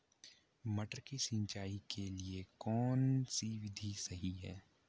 मटर की सिंचाई के लिए कौन सी विधि सही है?